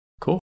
Cool